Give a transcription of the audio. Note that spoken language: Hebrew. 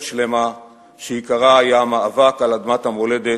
שלמה שעיקרה היה המאבק על אדמת המולדת,